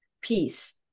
peace